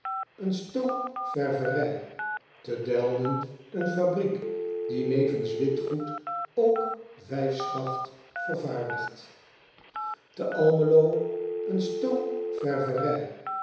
een stoomverwerij te elden een fabriek die nevens witgoed ook vijfschacht vervaardigt te lmelo een stoomverwerij